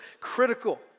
critical